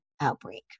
outbreak